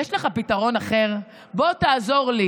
אדוני